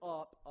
up